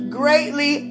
greatly